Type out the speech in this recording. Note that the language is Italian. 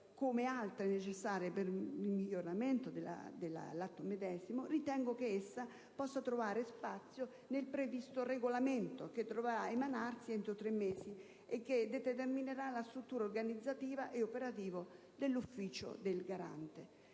anche altre necessarie per il miglioramento dell'atto medesimo, ritengo che essa possa trovare spazio nel previsto regolamento, che dovrà emanarsi entro tre mesi e che determinerà la struttura organizzativa e operativa dell'ufficio del Garante.